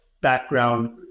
background